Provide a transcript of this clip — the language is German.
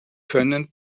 können